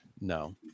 No